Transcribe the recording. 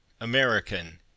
American